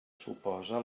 suposa